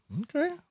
Okay